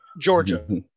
Georgia